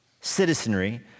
citizenry